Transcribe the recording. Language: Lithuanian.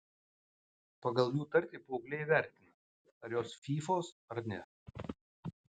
pagal jų tartį paaugliai įvertina ar jos fyfos ar ne